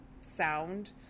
sound